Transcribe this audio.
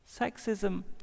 Sexism